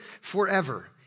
forever